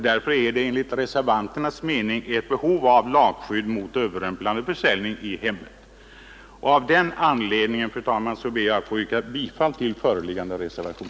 Därför är det enligt reservanternas mening ett behov av lagskydd mot överrumplande försäljning i hemmet. Av den anledningen, fru talman, ber jag att få yrka bifall till föreliggande reservation.